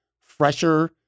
fresher